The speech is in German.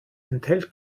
enthält